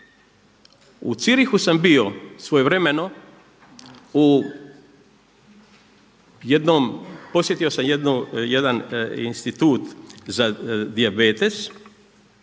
U Zürichu sam bio svojevremeno u jednom, posjetio sam jedan institut za dijabetes